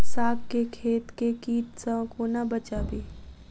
साग केँ खेत केँ कीट सऽ कोना बचाबी?